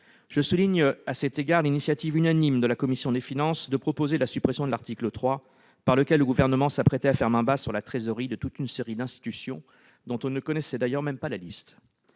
je souligne l'initiative unanime de la commission des finances de proposer la suppression de l'article 3, par lequel le Gouvernement s'apprêtait à faire main basse sur la trésorerie de toute une série d'institutions, dont on ne connaît d'ailleurs même pas la liste.